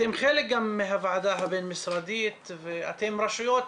אתם גם חלק מהוועדה הבין משרדית ואתם רשויות